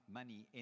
money